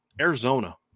Arizona